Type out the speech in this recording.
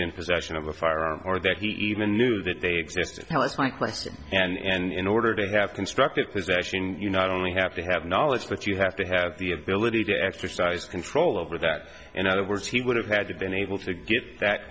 in possession of a firearm or that he even knew that they exist tell us my quest and in order to have constructive possession you not only have to have knowledge but you have to have the ability to exercise control over that in other words he would have had to been able to get that